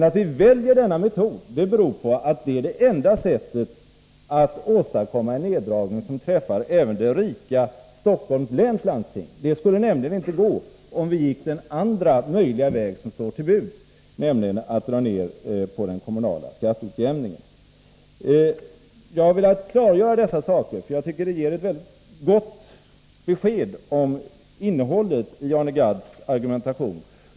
Att vi väljer denna metod beror på att det är det enda sättet att åstadkomma en neddragning som även träffar det rika Stockholms läns landsting. Det skulle inte gå om vi gick den andra möjliga väg som står till buds, nämligen att dra ned på den kommunala skatteutjämningen. Jag har velat ge detta klarläggande, därför att jag tycker att det ger en god belysning av halten i Arne Gadds argumentation.